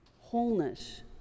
wholeness